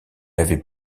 avait